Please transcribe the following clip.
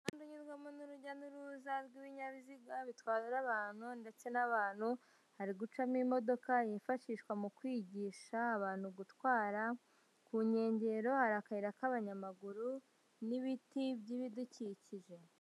Umuhanda unyurwamo n'urujya n'uruza rw'ibinyabiziga bitwara abantu ndetse n'abantu, hari gucamo imodoka yifashishwa mu kwigisha abantu gutwara, ku nkengero hari akayira k'abanyamaguru n'ibiti by'ibidukikije.